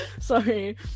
sorry